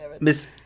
Miss